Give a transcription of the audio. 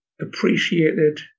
appreciated